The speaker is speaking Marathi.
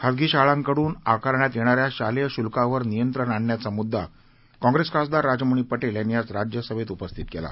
खासगी शाळांकडून आकारण्यात येण्याऱ्या शालेय शुल्कावर नियंत्रण आणण्याचा मुद्दा काँग्रेस खासदार राजमणी पटेल यांनी आज राज्यसभेत उपस्थित केला